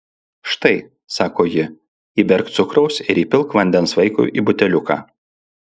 štai sako ji įberk cukraus ir įpilk vandens vaikui į buteliuką